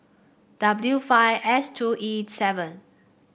W five S two E seven